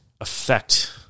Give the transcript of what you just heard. affect